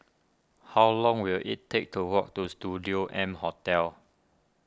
how long will it take to walk to Studio M Hotel